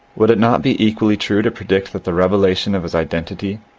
would it not be equally true to predict that the revelation of his identity,